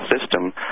system